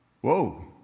Whoa